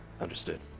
Understood